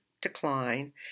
decline